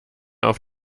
auf